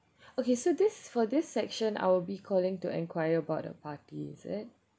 okay so this is for this section I'll be calling to enquire about the party is it